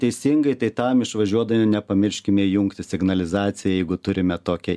teisingai tai tam išvažiuodami nepamirškime įjungti signalizaciją jeigu turime tokią